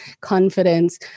confidence